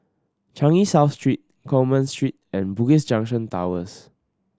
Changi South Street Coleman Street and Bugis Junction Towers